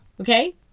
Okay